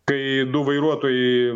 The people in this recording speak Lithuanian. kai du vairuotojai